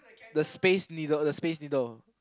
the space needle the space needle